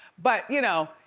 but you know,